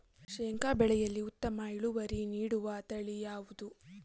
ಶೇಂಗಾ ಬೆಳೆಯಲ್ಲಿ ಉತ್ತಮ ಇಳುವರಿ ನೀಡುವ ತಳಿ ಯಾವುದು?